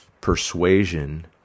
persuasion